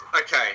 Okay